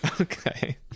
Okay